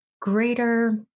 greater